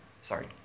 sorry